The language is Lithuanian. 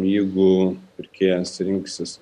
jeigu pirkėjas rinksis